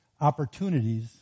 opportunities